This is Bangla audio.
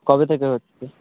কবে থেকে হচ্ছে